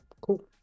cool